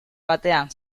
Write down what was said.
batean